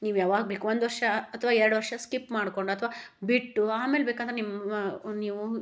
ನೀವು ಯಾವಾಗ ಬೇಕು ಒಂದು ವರ್ಷ ಅಥ್ವಾ ಎರಡು ವರ್ಷ ಸ್ಕಿಪ್ ಮಾಡ್ಕೊಂಡು ಅಥ್ವಾ ಬಿಟ್ಟು ಆಮೇಲೆ ಬೇಕಂದ್ರೆ ನಿಮ್ಮ ನೀವು